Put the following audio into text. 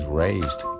raised